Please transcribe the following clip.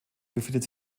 befindet